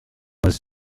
was